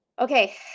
Okay